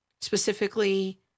specifically